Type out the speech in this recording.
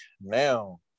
now